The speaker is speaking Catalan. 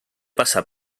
passar